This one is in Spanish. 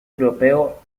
europeo